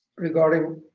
regarding